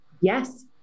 Yes